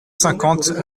cinquante